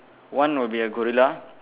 one will be a gorilla